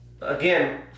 Again